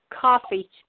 coffee